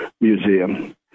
Museum